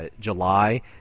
July